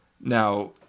Now